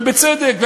ובצדק,